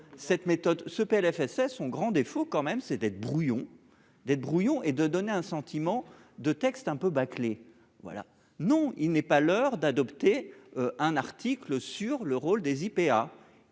cette méthode ce PLFSS son grand défaut quand même c'était brouillon d'être brouillon et de donner un sentiment de texte un peu bâclé voilà, non il n'est pas l'heure d'adopter un article sur le rôle des IPA